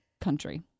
country